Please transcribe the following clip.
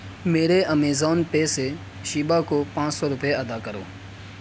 میرے Amazon Pay سے شیبہ کو پانچ سو روپئے ادا کرو